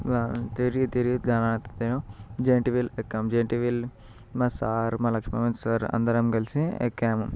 తిరిగి తిరిగి దానాత్కు మేము జెయింట్ వీల్ ఎక్కాము జియంట్ వీల్ మా సార్ మా లక్ష్మణ్ సార్ అందరం కలిసి ఎక్కాము